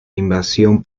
invasión